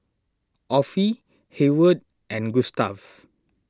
Offie Hayward and Gustav